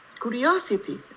curiosity